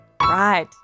Right